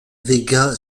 vega